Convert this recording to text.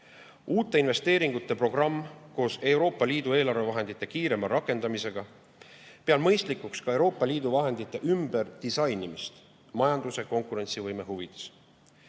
uute investeeringute programm koos Euroopa Liidu eelarve vahendite kiirema rakendamisega. Pean mõistlikuks Euroopa Liidu vahendite [kasutuse] ümberdisainimist majanduse konkurentsivõime huvides.